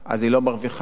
אז היא לא מרוויחה יותר.